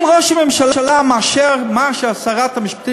אם ראש הממשלה מאשר מה ששרת המשפטים